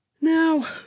now